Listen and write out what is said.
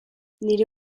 nire